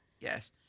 yes